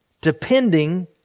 depending